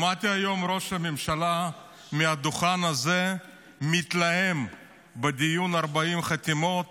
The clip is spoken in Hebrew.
שמעתי היום את ראש הממשלה מהדוכן הזה מתלהם בדיון 40 חתימות